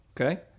okay